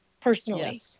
personally